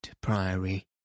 Priory